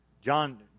John